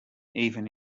even